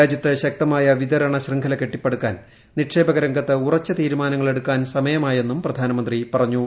രാജ്യത്ത് ശക്ത്രമായ് വിതരണ ശൃംഖല കെട്ടിപ്പടുക്കാൻ നിക്ഷേപരംഗത്ത് ്ളിച്ച് തീരുമാനങ്ങൾ എടുക്കാൻ സമയമായെന്നും പ്രധാനമന്ത്രി ്പറ്റഞ്ഞു